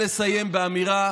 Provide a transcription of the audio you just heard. מזווית ומכיוון,